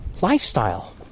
lifestyle